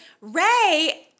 Ray